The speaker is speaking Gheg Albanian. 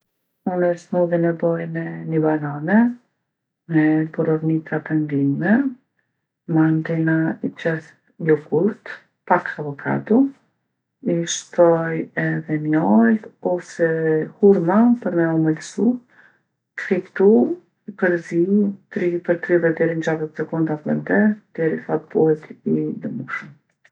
Unë smudhin e boj me ni banane, me borovnica të ngrime, mandena i qes jogurt, pak avokado, i shtoj edhe mjaltë ose hurma për me omëlsu. Krejt kto i përzij tri për tridhet der n'gjashdhet sekonda n'bllender derisa t'bohet i lëmushëm.